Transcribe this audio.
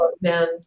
man